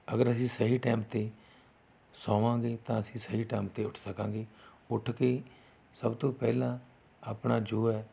ਅਗਰ ਅਸੀਂ ਸਹੀ ਟਾਈਮ 'ਤੇ ਸੌਵਾਂਗੇ ਤਾਂ ਅਸੀਂ ਸਹੀ ਟਾਈਮ 'ਤੇ ਉੱਠ ਸਕਾਂਗੇ ਉੱਠ ਕੇ ਸਭ ਤੋਂ ਪਹਿਲਾਂ ਆਪਣਾ ਜੋ ਹੈ